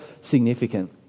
significant